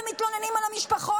אתם מתלוננים על המשפחות,